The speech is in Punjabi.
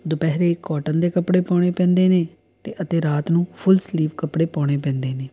ਦੁਪਹਿਰੇ ਕੌਟਨ ਦੇ ਕੱਪੜੇ ਪਾਉਣੇ ਪੈਂਦੇ ਨੇ ਤੇ ਅਤੇ ਰਾਤ ਨੂੰ ਫੁੱਲ ਸਲੀਵ ਕੱਪੜੇ ਪਾਉਣੇ ਪੈਂਦੇ ਨੇ